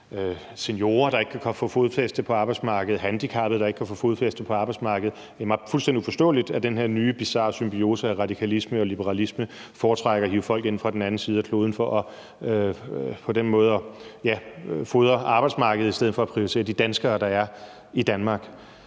seniorer, der ikke kan få fodfæste på arbejdsmarkedet, og handicappede, der ikke kan få fodfæste på arbejdsmarkedet. Det er mig fuldstændig uforståeligt, at den her nye bizarre symbiose af radikalisme og liberalisme foretrækker at hive folk ind fra den anden side af kloden for på den måde at fodre arbejdsmarkedet i stedet for at prioritere de danskere, der er i Danmark.